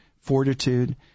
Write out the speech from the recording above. fortitude